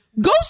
go